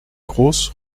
groß